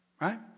Right